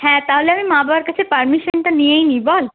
হ্যাঁ তাহলে আমি মা বাবার কাছে পারমিশনটা নিয়েই নিই বল